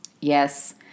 Yes